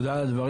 תודה על הדברים.